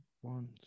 one